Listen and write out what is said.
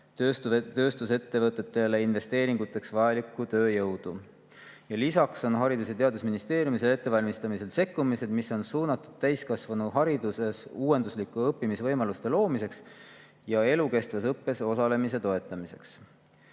tööstusettevõtete investeeringuteks vajalikku tööjõudu. Lisaks on Haridus- ja Teadusministeeriumis ettevalmistamisel sekkumised, mis on suunatud täiskasvanuhariduses uuenduslike õppimisvõimaluste loomiseks ja elukestvas õppes osalemise toetamiseks.